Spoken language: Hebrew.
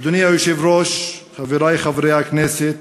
אדוני היושב-ראש, חברי חברי הכנסת,